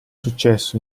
successo